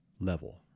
level